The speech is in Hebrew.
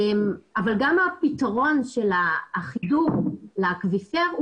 אבל גם הפתרון של החיתוך לאקוויפר,